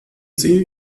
sie